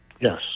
Yes